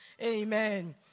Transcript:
Amen